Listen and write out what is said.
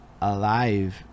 alive